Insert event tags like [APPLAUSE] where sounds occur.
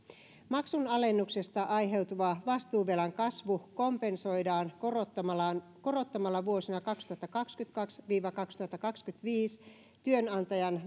maksunalennuksesta aiheutuva vastuuvelan kasvu kompensoidaan korottamalla korottamalla vuosina kaksituhattakaksikymmentäkaksi viiva kaksituhattakaksikymmentäviisi työnantajan [UNINTELLIGIBLE]